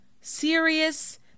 serious